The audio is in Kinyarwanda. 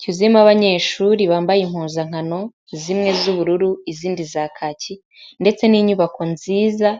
cyuzuyemo abanyeshuri bambaye impuzankano zimwe z'ubururu, izindi za kaki ndetse n'inyubako nziza.